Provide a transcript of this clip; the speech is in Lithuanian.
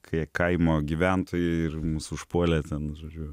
kai kaimo gyventojai ir mus užpuolė ten žodžiu